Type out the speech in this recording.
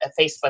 Facebook